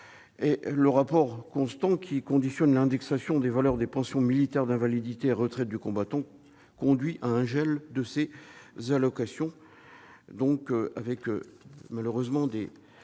Le rapport « constant » qui conditionne l'indexation des valeurs des pensions militaires d'invalidité et de la retraite du combattant conduit au gel de ces allocations et donc à leur baisse en